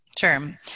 Sure